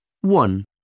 One